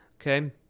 Okay